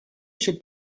should